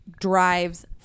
drives